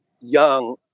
young